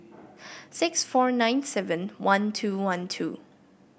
six four nine seven one two one two